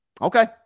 Okay